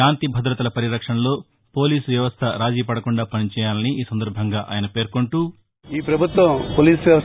శాంతి భద్రతల పరిరక్షణలో పోలీసు వ్యవస్థ రాజీ పడకుండా పనిచేయాలని ఈ సందర్భంగా ఆయన పేర్కొంటూ వాయిస్